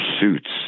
suits